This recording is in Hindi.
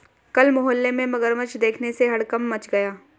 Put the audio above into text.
कल मोहल्ले में मगरमच्छ देखने से हड़कंप मच गया